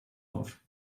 auf